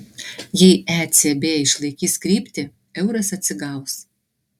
jei ecb išlaikys kryptį euras atsigaus